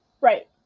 right